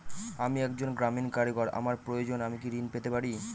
আমি একজন গ্রামীণ কারিগর আমার প্রয়োজনৃ আমি কি ঋণ পেতে পারি?